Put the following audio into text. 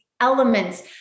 elements